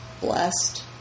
blessed